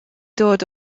dod